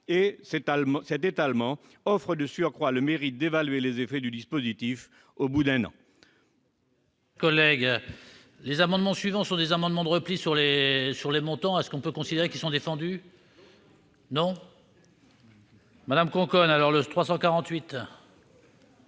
Cet étalement offre de surcroît le mérite d'évaluer les effets du dispositif au bout d'un an.